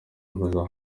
azahanwa